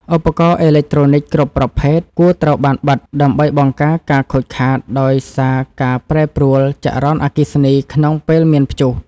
ឧបករណ៍អេឡិចត្រូនិចគ្រប់ប្រភេទគួរត្រូវបានបិទដើម្បីបង្ការការខូចខាតដោយសារការប្រែប្រួលចរន្តអគ្គិសនីក្នុងពេលមានព្យុះ។